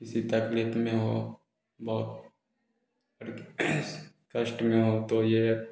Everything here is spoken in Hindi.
किसी तकलीफ में हो बहुत कष्ट में हो तो ये